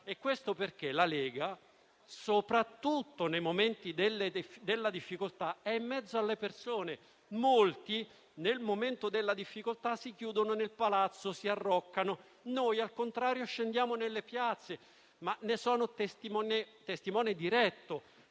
Questo perché la Lega, soprattutto nei momenti di difficoltà, è in mezzo alle persone. Molti, nei momenti di difficoltà, si chiudono nel palazzo, si arroccano; noi, al contrario, scendiamo nelle piazze. Ne sono testimone diretto: